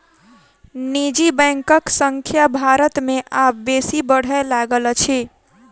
निजी बैंकक संख्या भारत मे आब बेसी बढ़य लागल अछि